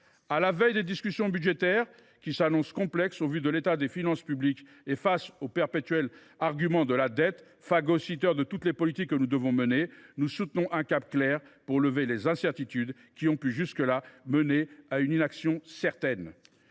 À la veille de discussions budgétaires qui s’annoncent complexes au vu de l’état des finances publiques, et face au perpétuel argument de la dette, lequel phagocyte toutes les politiques que nous devons mener, nous soutenons un cap clair pour lever les incertitudes qui ont pu mener jusqu’à présent à une inaction certaine.